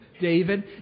David